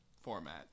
format